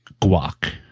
guac